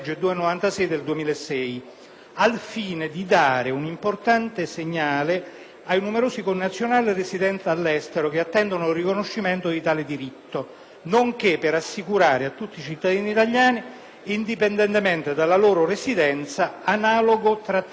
al fine di dare un importante segnale ai numerosi connazionali residenti all'estero che attendono il riconoscimento di tale diritto, nonché per assicurare tutti i cittadini italiani, indipendentemente dalla loro residenza, analogo trattamento tributario.